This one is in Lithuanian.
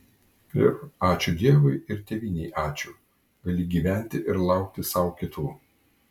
ir ačiū dievui ir tėvynei ačiū gali gyventi ir laukti sau kitų